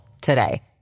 today